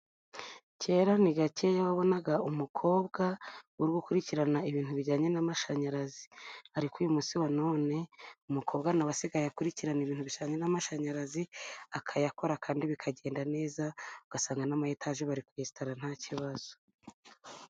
Kera ni gakeya wabonaga umukobwa uri gukurikirana ibintu bijyanye n'amashanyarazi. Ariko uyu munsi wa none, umukobwa na we asigaye akurikirana ibintu bijyanye n'amashanyarazi akayakora kandi bikagenda neza, ugasanga n'amayetaje bari kuyesitara nta kibazo.